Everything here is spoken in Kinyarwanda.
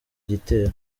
gitero